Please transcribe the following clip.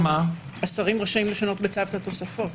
השרים רשאים לפנות בצו לתוספות.